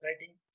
writing